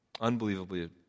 Unbelievably